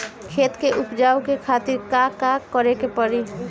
खेत के उपजाऊ के खातीर का का करेके परी?